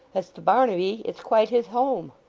as to barnaby, it's quite his home